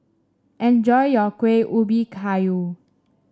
enjoy your Kuih Ubi Kayu